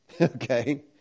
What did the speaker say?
Okay